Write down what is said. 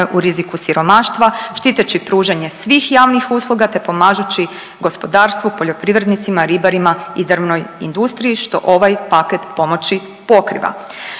u riziku siromaštva, štiteći pružanje svih javnih usluga te pomažući gospodarstvu, poljoprivrednicima, ribarima i državnoj industriji što ovaj paket pomoći pokriva.